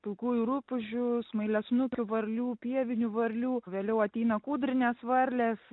pilkųjų rupūžių smailiasnukių varlių pievinių varlių vėliau ateina kūdrinės varlės